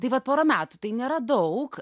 tai vat pora metų tai nėra daug